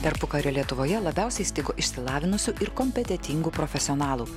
tarpukario lietuvoje labiausiai stigo išsilavinusių ir kompetentingų profesionalų